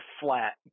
flat